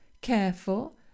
careful